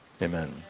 Amen